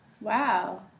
Wow